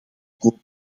komen